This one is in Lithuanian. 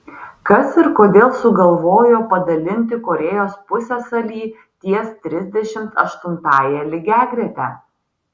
kas ir kodėl sugalvojo padalinti korėjos pusiasalį ties trisdešimt aštuntąja lygiagrete